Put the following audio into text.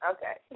Okay